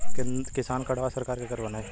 किसान कार्डवा सरकार केकर बनाई?